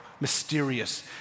Mysterious